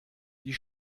die